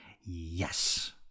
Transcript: Yes